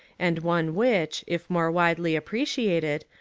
and one which, if more widely appreciated,